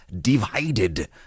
divided